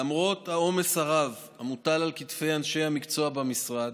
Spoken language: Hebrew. למרות העומס הרב המוטל על כתפי אנשי המקצוע במשרד,